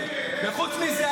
וחוץ מזה,